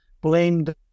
blamed